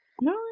no